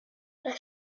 there